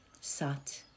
Sat